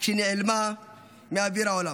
כשהיא נעלמה מאוויר העולם,